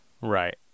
Right